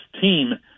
team